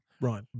Right